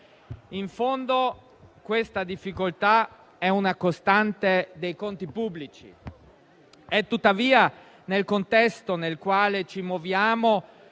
In fondo, questa difficoltà è una costante dei conti pubblici. Tuttavia, nel contesto nel quale ci muoviamo,